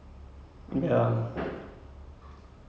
he's like a bit of a nerd but like he still has a